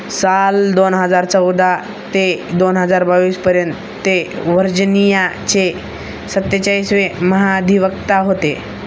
साल दोन हजार चौदा ते दोन हजार बावीसपर्यंत ते व्हर्जनियाचे सत्तेचाळीसावे महाधिवक्ता होते